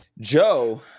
joe